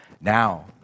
now